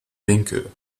winkel